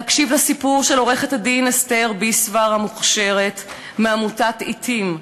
להקשיב לסיפור של עורכת-הדין אסתר ביסוור המוכשרת מעמותת "עתים",